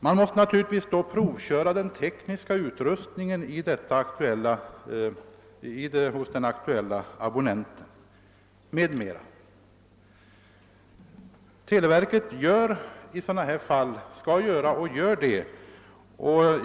Man måste då provköra den tekniska utrustningen hos abonnenten i fråga osv.